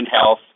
health